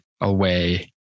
away